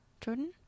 Jordan